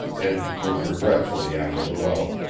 and looked regretfully after luella.